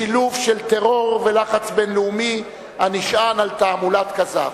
בשילוב של טרור ולחץ בין-לאומי הנשען על תעמולת כזב.